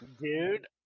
Dude